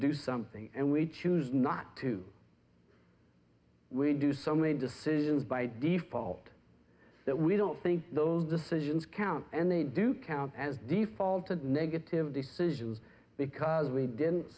do something and we choose not to we do so many decisions by default that we don't think those decisions count and they do count as defaulted negative decisions because we didn't